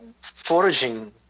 foraging